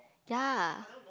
ya